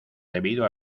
debido